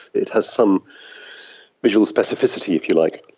it has some visual specificity, if you like.